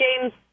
James